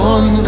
One